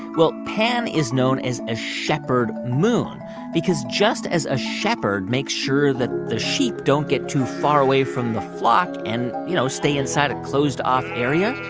well, pan is known as a shepherd moon because, just as a shepherd makes sure that the sheep don't get too far away from the flock and, you know, stay inside a closed-off area,